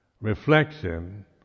reflection